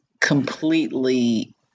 completely